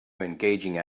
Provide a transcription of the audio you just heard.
engaging